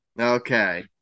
Okay